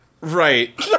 right